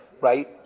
right